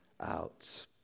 out